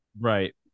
Right